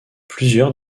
plusieurs